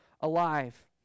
alive